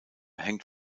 hängt